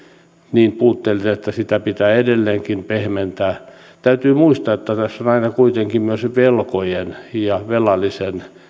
niin puutteellinen että sitä pitää edelleenkin pehmentää täytyy muistaa että tässä on aina kuitenkin myös velkojien ja velallisen